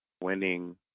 winning